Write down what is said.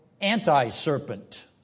anti-serpent